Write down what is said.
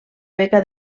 beca